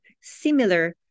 similar